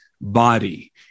body